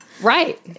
Right